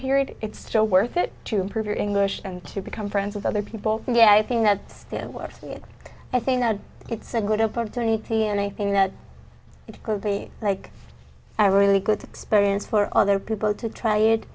period it's still worth it to improve your english and to become friends with other people yeah i think that still works here i think it's a good opportunity anything that could be like a really good experience for other people to try it